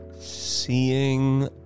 seeing